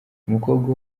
umukobwa